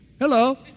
Hello